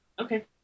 okay